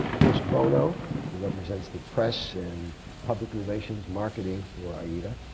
chris boneau, who represents the press and public relations, marketing for aida.